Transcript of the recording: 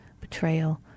betrayal